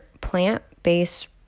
plant-based